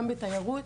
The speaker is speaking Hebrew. גם בתיירות.